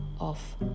off